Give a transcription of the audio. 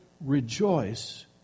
rejoice